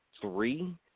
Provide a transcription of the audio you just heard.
three